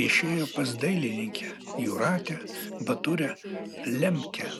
viešėjo pas dailininkę jūratę baturą lemkę